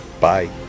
Bye